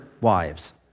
wives